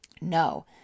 No